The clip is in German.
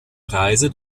preise